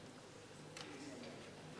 בבתי-חולים.